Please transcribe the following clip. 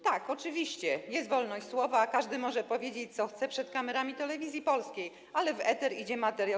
Tak, oczywiście jest wolność słowa, każdy może powiedzieć co chce przed kamerami Telewizji Polskiej, ale w eter idzie materiał